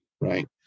right